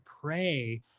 pray